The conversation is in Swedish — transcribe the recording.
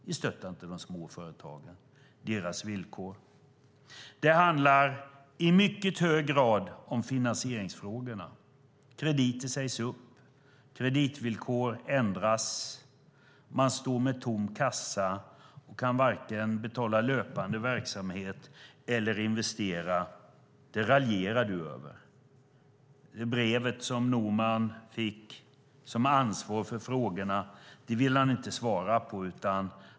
Ni stöttar inte de små företagen och deras villkor. Det handlar i mycket hög grad om finansieringsfrågorna. Krediter sägs upp och kreditvillkor ändras. Småföretagare står med tom kassa och kan inte betala löpande verksamhet eller investera. Det raljerar Anders Borg över. Norman fick brevet som ansvarig för frågorna, och han vill inte svara på dem.